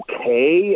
okay